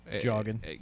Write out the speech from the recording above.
jogging